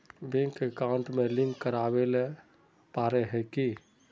Bank account में link करावेल पारे है की?